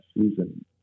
season